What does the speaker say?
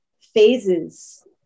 phases